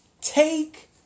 take